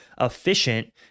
efficient